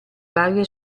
varie